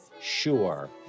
sure